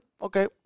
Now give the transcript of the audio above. okay